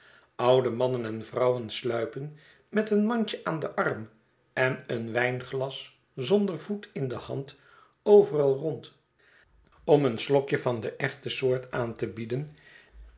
oude mannen en vrouwen sluipen met een mandje aan den arm en een wijnglas zonder voet in de hand overal rond om een slokje van de echte soort aan te bieden